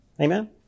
Amen